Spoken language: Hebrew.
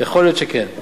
יכול להיות שכן.